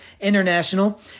International